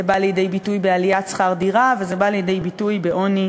זה בא לידי ביטוי בעליית שכר דירה וזה בא לידי ביטוי בעוני,